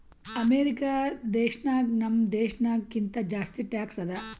America ದೇಶನಾಗ್ ನಮ್ ದೇಶನಾಗ್ ಕಿಂತಾ ಜಾಸ್ತಿ ಟ್ಯಾಕ್ಸ್ ಅದಾ